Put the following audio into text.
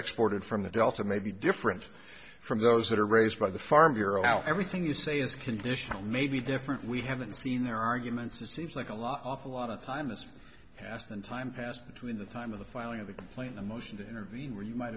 extorted from the delta may be different from those that are raised by the farm bureau how everything you say is conditional may be different we haven't seen their arguments it seems like a lot awful lot of time has passed and time passed between the time of the filing of the complaint a motion to intervene where you might